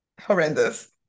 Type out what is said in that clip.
horrendous